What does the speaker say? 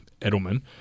Edelman